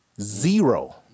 Zero